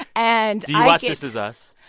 and this is us?